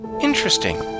Interesting